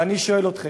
ואני שואל אתכם: